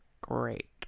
great